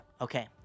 Okay